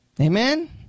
Amen